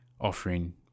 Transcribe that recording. offering